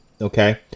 Okay